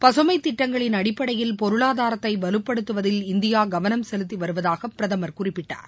பசுமை திட்டங்களின் அடிப்படையில் பொருளாதாரத்தை வலுப்படுத்துவதில் இந்தியா கவனம் செலுத்தி வருவதாக பிரதமர் குறிப்பிட்டார்